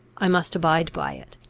i must abide by it.